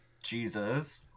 jesus